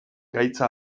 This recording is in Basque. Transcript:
gaitza